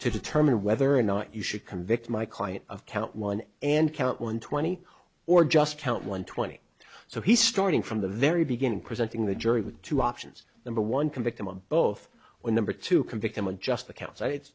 to determine whether or not you should convict my client of count one and count one twenty or just count one twenty so he's starting from the very beginning presenting the jury with two options number one convict him of both or number to convict him of just the count s